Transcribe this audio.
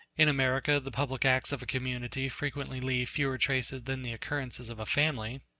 in america the public acts of a community frequently leave fewer traces than the occurrences of a family